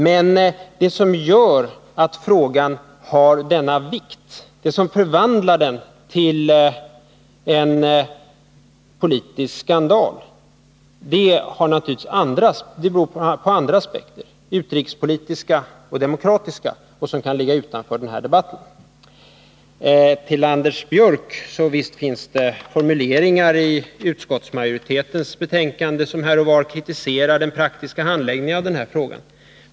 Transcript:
Men att frågan har denna vikt, det som förvandlar den till en politisk skandal, beror på andra aspekter, utrikespolitiska och demokratiska, som kan ligga utanför den här debatten. Till Anders Björck vill jag säga att det visst finns formuleringar i utskottsmajoritetens betänkande som här och var kritiserar den praktiska handläggningen av frågan.